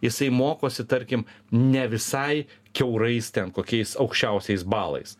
jisai mokosi tarkim ne visai kiaurais ten kokiais aukščiausiais balais